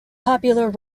popular